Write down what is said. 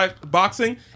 boxing